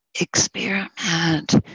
Experiment